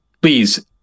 Please